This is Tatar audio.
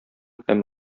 һәм